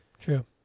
true